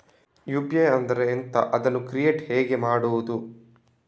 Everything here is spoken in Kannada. ಯು.ಪಿ.ಐ ಅಂದ್ರೆ ಎಂಥ? ಅದನ್ನು ಕ್ರಿಯೇಟ್ ಹೇಗೆ ಮಾಡುವುದು?